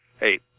Hey